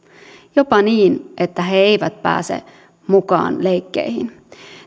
jopa niin että he eivät pääse mukaan leikkeihin